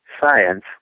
science